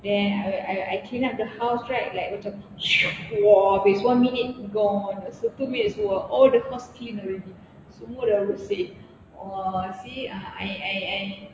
then I I I clean up the house right like macam !wah! habis one minute gone or two minutes !wah! all the house clean already semua dah bersih !wah! see I I I